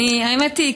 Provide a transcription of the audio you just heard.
האמת היא,